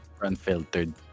unfiltered